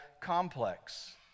complex